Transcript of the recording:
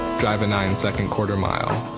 drive a nine-second quarter mile,